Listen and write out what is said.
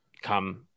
come